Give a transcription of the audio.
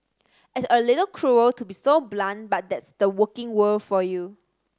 it's a little cruel to be so blunt but that's the working world for you